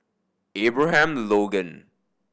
Abraham Logan